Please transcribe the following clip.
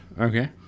Okay